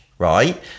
right